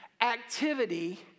activity